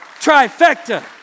trifecta